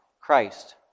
Christ